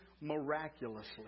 miraculously